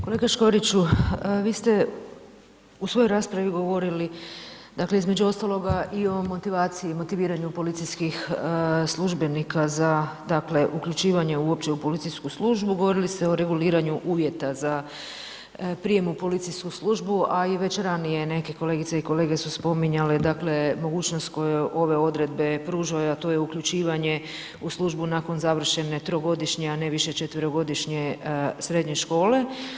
Kolega Škoriću, vi ste u svojoj raspravi govorili, dakle, između ostaloga i o ovoj motivaciji, motiviranju policijskih službenika za, dakle, uključivanje uopće u policijsku službu, govorili ste o reguliranju uvjeta za prijam u policijsku službu, a i već ranije neke kolegice i kolege su spominjale, dakle, mogućnost koju ove odredbe pružaju, a to je uključivanje u službu nakon završene trogodišnje, a ne više četverogodišnje srednje škole.